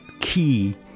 key